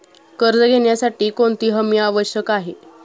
कर्ज घेण्यासाठी कोणती हमी आवश्यक आहे?